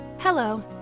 Hello